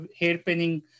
hairpinning